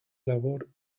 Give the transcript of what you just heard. labor